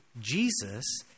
Jesus